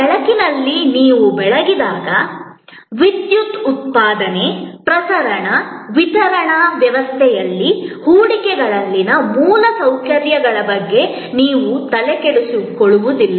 ನಿಮ್ಮ ಬೆಳಕಿನಲ್ಲಿ ನೀವು ಬೆಳಗಿದಾಗ ವಿದ್ಯುತ್ ಉತ್ಪಾದನೆ ಪ್ರಸರಣ ವಿತರಣಾ ವ್ಯವಸ್ಥೆಯಲ್ಲಿ ಹೂಡಿಕೆಗಳಲ್ಲಿನ ಮೂಲಸೌಕರ್ಯಗಳ ಬಗ್ಗೆ ನೀವು ತಲೆಕೆಡಿಸಿಕೊಳ್ಳುವುದಿಲ್ಲ